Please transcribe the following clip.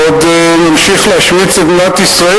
ועוד ממשיך להשמיץ את מדינת ישראל,